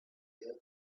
idea